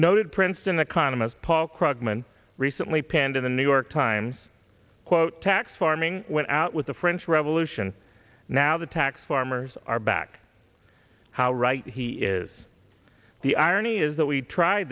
noted princeton economist paul krugman recently penned in the new york times quote tax farming went out with the french revolution now the tax farmers are back how right he is the irony is that we tr